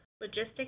logistics